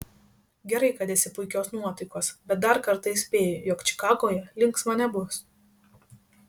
gerai kad esi puikios nuotaikos bet dar kartą įspėju jog čikagoje linksma nebus